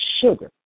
Sugar